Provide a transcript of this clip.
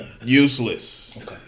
Useless